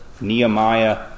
Nehemiah